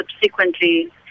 subsequently